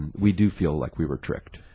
we do feel like we were correct